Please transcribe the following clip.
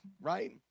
right